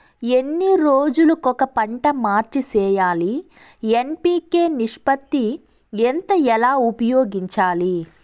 ఎన్ని రోజులు కొక పంట మార్చి సేయాలి ఎన్.పి.కె నిష్పత్తి ఎంత ఎలా ఉపయోగించాలి?